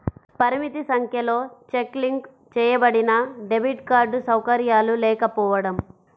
పరిమిత సంఖ్యలో cheque link చేయబడినడెబిట్ కార్డ్ సౌకర్యాలు లేకపోవడం